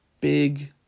big